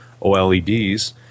OLEDs